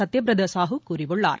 சத்யபிரதாசாஹூ கூறியுள்ளார்